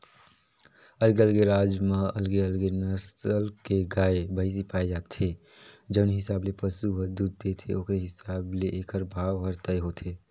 अलगे अलगे राज म अलगे अलगे नसल के गाय, भइसी पाए जाथे, जउन हिसाब ले पसु ह दूद देथे ओखरे हिसाब ले एखर भाव हर तय होथे